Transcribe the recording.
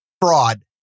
fraud